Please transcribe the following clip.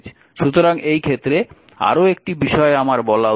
সুতরাং এই ক্ষেত্রে আরও একটি বিষয় আমার বলা উচিত